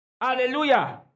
Hallelujah